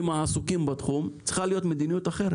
העוסקים בתחום צריכה להיות מדיניות אחרת.